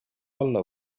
alla